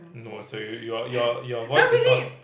no sorry your your your voice is not